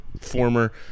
former